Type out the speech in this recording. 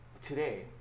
today